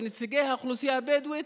נציגי האוכלוסייה הבדואית,